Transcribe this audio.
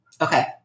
Okay